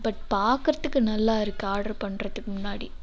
but பாக்கிறதுக்கு நல்லா இருக்கு ஆர்டர் பண்ணுறதுக்கு முன்னாடி